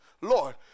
Lord